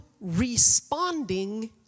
responding